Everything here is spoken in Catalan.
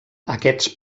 aquests